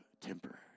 temporary